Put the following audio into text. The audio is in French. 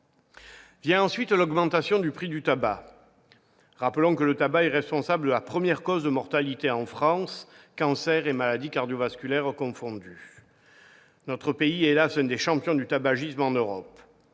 Vient ensuite l'augmentation du prix du tabac. Rappelons que le tabac est la première cause de mortalité en France, cancers et maladies cardiovasculaires confondus. Notre pays est, hélas ! un des champions du tabagisme en Europe.